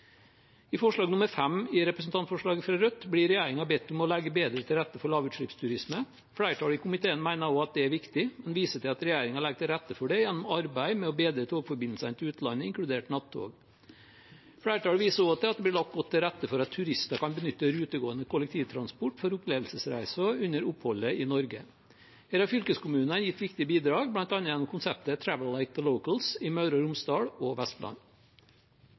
I forslag nr. 5 i representantforslaget fra Rødt blir regjeringen bedt om å legge bedre til rette for lavutslippsturisme. Flertallet i komiteen mener også at det er viktig, og viser til at regjeringen legger til rette for det gjennom arbeid med å bedre togforbindelsene til utlandet, inkludert nattog. Flertallet viser også til at det blir lagt godt til rette for at turister kan benytte rutegående kollektivtransport for opplevelsesreiser under oppholdet i Norge. Her har fylkeskommunene gitt viktige bidrag, bl.a. gjennom konseptet Travel like the locals i Møre og Romsdal og Vestland.